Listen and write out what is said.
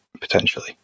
potentially